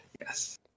yes